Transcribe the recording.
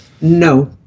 No